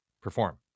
perform